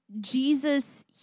Jesus